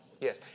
Yes